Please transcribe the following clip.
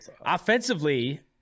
offensively